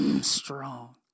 strong